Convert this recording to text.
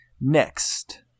Next